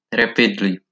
rapidly